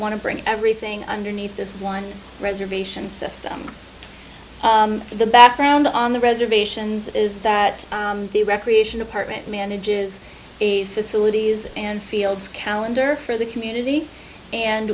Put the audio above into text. want to bring everything underneath this one reservation system the background on the reservations is that the recreation department manages the facilities and fields calendar for the community and